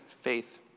Faith